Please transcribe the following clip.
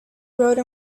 rode